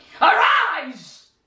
Arise